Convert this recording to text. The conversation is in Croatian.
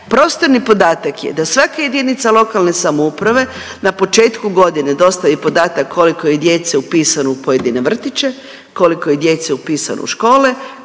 Prostorni podatak je da svaka JLS na početku godine dostavi podatak koliko je djece upisano u pojedine vrtiće, koliko je djece upisano u škole,